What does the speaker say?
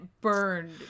burned